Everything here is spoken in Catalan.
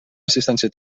assistència